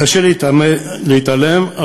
קשה להתעלם,